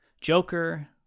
Joker